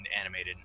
animated